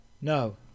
No